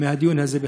בדיון הזה.